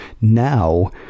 now